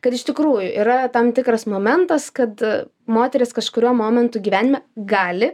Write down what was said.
kad iš tikrųjų yra tam tikras momentas kad moteris kažkuriuo momentu gyvenime gali